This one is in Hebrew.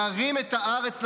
להרים את הארץ לשמיים,